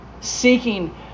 seeking